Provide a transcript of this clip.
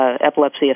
epilepsy